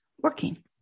working